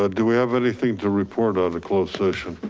ah do we have anything to report on the closed session?